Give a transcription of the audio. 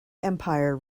empire